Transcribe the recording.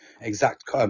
exact